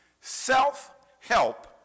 self-help